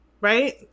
Right